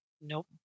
Nope